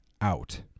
out